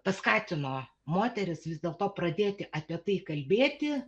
paskatino moteris vis dėl to pradėti apie tai kalbėti